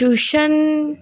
tuition